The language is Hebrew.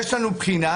יש לנו בחינה,